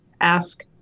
ask